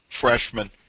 freshman